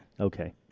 Okay